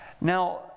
Now